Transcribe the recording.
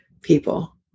people